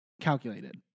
calculated